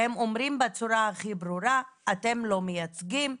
והם אומרים בצורה הכי ברורה אתם לא מייצגים,